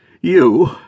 You